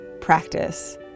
practice